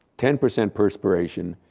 ten percent perspiration,